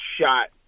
shot